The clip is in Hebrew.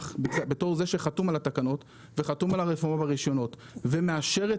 וכמי שחתום על התקנות וחתום על הרפורמה ברישיונות ומאשר את